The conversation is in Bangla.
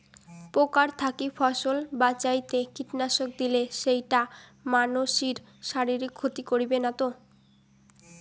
পোকার থাকি ফসল বাঁচাইতে কীটনাশক দিলে সেইটা মানসির শারীরিক ক্ষতি করিবে না তো?